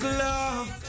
love